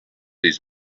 his